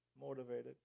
motivated